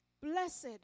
blessed